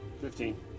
Fifteen